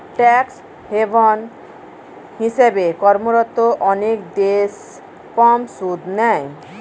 tax haven হিসেবে কর্মরত অনেক দেশ কম সুদ নেয়